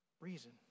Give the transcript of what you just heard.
reason